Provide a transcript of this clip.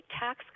tax